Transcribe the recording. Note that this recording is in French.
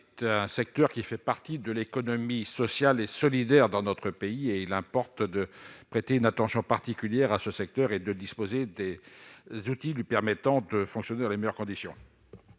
Le logement social fait partie de l'économie sociale et solidaire dans notre pays ; il importe de prêter une attention particulière à ce secteur, qui doit disposer des outils lui permettant de fonctionner dans les meilleures conditions.